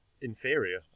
inferior